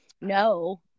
no